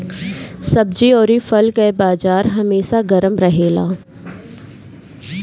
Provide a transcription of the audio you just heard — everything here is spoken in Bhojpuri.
सब्जी अउरी फल के बाजार हमेशा गरम रहेला